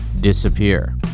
disappear